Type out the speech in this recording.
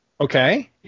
okay